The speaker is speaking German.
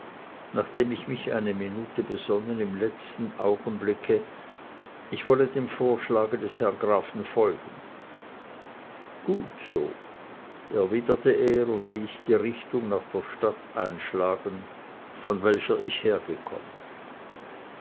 nachdem ich mich eine minute besonnen im letzten augenblicke ich wolle dem vorschlage des herren grafen folgen gut so erwiderte er und ließ die richtung nach der stadt einschlagen von welcher ich hergekommen